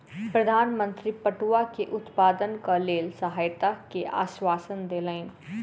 प्रधान मंत्री पटुआ के उत्पादनक लेल सहायता के आश्वासन देलैन